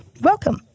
Welcome